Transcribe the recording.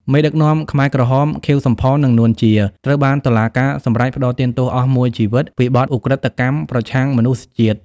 មេដឹកនាំខ្មែរក្រហម ខៀវ សំផន និង នួន ជា ត្រូវបានតុលាការសម្រេចផ្ដន្ទាទោសអស់មួយជីវិតពីបទឧក្រិដ្ឋកម្មប្រឆាំងមនុស្សជាតិ។